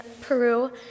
Peru